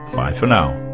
bye for now.